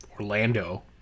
Orlando